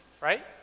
Right